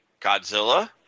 Godzilla